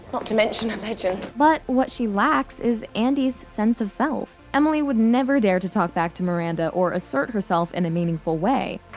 not to mention a legend. but what she lacks is andy's sense of self. emily would never dare to talk back to miranda or assert herself in a meaningful way